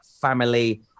family